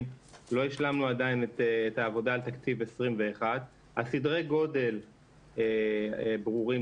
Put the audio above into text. את העבודה על תקציב 2021. סדרי הגודל ברורים.